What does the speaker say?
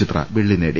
ചിത്ര വെള്ളി നേടി